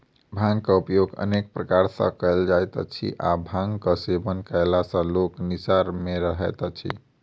भांगक उपयोग अनेक प्रकार सॅ कयल जाइत अछि आ भांगक सेवन कयला सॅ लोक निसा मे रहैत अछि